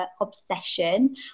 obsession